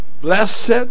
blessed